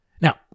Now